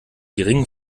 geringen